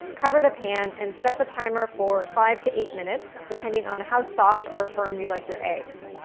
cover the pan, and set the timer for five to eight minutes, depending on how soft or firm you like your eggs.